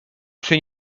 czy